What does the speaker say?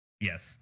Yes